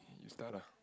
you start ah